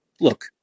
Look